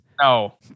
No